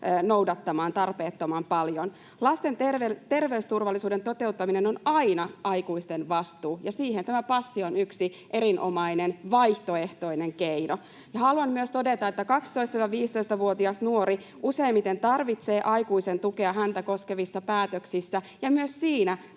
noudattamaan jo tarpeettoman paljon. Lasten terveysturvallisuuden toteuttaminen on aina aikuisten vastuu, ja siihen tämä passi on yksi erinomainen vaihtoehtoinen keino. Haluan myös todeta, että 12—15-vuotias nuori tarvitsee useimmiten aikuisen tukea häntä koskevissa päätöksissä, ja myös siinä